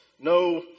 No